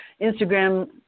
Instagram